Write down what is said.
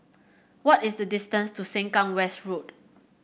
what is the distance to Sengkang West Road